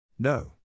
No